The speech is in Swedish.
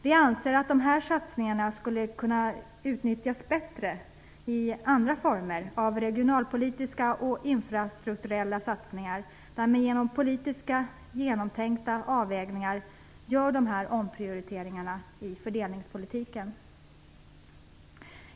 Vi anser att dessa satsningar skulle kunna utnyttjas bättre i andra former av regionalpolitiska och infrastrukturella satsningar, där man genom politiskt genomtänkta avvägningar gör de här omprioriteringarna i fördelningspolitiken.